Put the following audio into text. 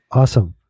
awesome